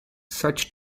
such